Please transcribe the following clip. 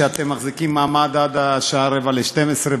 שמחזיקים מעמד עד השעה 23:45,